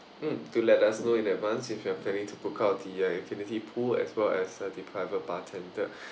mm do let us know in advance if you're planning to book out the uh infinity pool as well as uh the private bartender